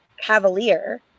Cavalier